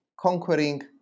conquering